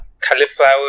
Cauliflower